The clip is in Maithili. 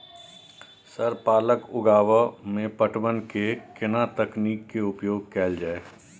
सर पालक उगाव में पटवन के केना तकनीक के उपयोग कैल जाए?